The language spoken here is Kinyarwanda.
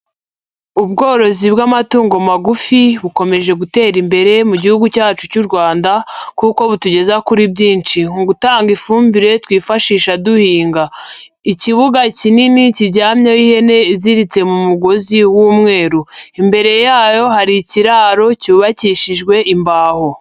Ubworozi bw'amatungo magufi, bukomeje gutera imbere mu Gihugu cyacu cy'u Rwanda, kuko butugeza kuri byinshi. Mu gutanga ifumbire twifashisha duhinga. Ikibuga kinini kiryamyeho ihene iziritse mu mugozi w'umweru. Imbere yayo hari ikiraro cyubakishijwe imbaho.